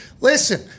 Listen